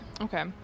Okay